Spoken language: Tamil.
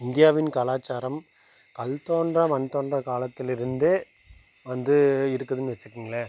இந்தியாவின் கலாச்சாரம் கல் தோன்றா மண் தோன்றா காலத்திலிருந்தே வந்து இருக்குதுன்னு வச்சுக்கிங்களேன்